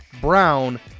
brown